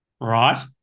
Right